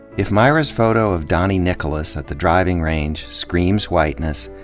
if myra's photo of doni nicholas at the driving range screams whiteness,